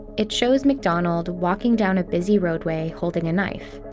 it shows mcdonald walking down a busy roadway, holding a knife.